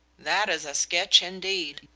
that is a sketch indeed,